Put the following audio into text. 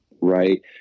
right